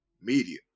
Media